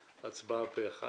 הצבעה בעד, פה אחד